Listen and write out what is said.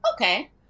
okay